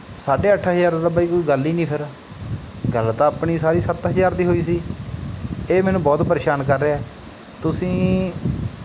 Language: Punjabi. ਸਾਢੇ ਅੱਠ ਹਜ਼ਾਰ ਦੀ ਤਾਂ ਬਾਈ ਕੋਈ ਗੱਲ ਹੀ ਨਹੀਂ ਫਿਰ ਗੱਲ ਤਾਂ ਆਪਣੀ ਸਾਰੀ ਸੱਤ ਹਜ਼ਾਰ ਦੀ ਹੋਈ ਸੀ ਇਹ ਮੈਨੂੰ ਬਹੁਤ ਪਰੇਸ਼ਾਨ ਕਰ ਰਿਹਾ ਤੁਸੀਂ